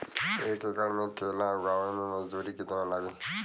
एक एकड़ में केला लगावे में मजदूरी कितना लागी?